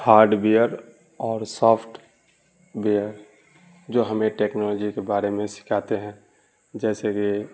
hard ware اور software جو ہمیں ٹکنالوجی کے بارے میں سکھاتے ہیں جیسے کہ